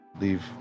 leave